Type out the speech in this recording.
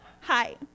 Hi